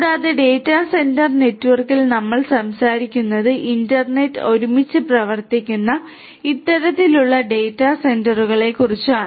കൂടാതെ data centre നെറ്റ്വർക്കിൽ നമ്മൾ സംസാരിക്കുന്നത് ഇന്റർനെറ്റ് ഒരുമിച്ച് പ്രവർത്തിക്കുന്ന ഇത്തരത്തിലുള്ള ഡാറ്റാ സെന്ററുകളെക്കുറിച്ചാണ്